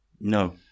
No